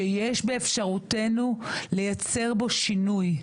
שיש באפשרותנו לייצר בו שינוי.